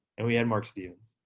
and we had marc stevens,